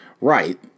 Right